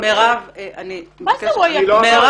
מירב, אני --- מה זה הוא היחיד ש- -- מירב,